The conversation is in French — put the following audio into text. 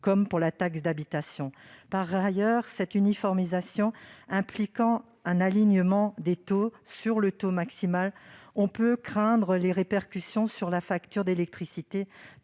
comme pour la taxe d'habitation ? Par ailleurs, cette uniformisation impliquant un alignement sur le taux maximal, on peut craindre ses répercussions sur la facture d'électricité